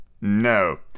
No